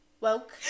woke